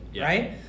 right